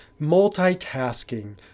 multitasking